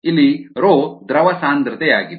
ಆದ್ದರಿಂದ FiiF00 ದ್ರವ ಸಾಂದ್ರತೆ ಆಗಿದೆ